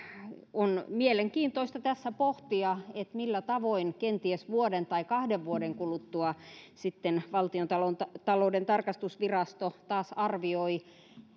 on mielenkiintoista tässä pohtia millä tavoin kenties vuoden tai kahden vuoden kuluttua valtiontalouden tarkastusvirasto taas arvioi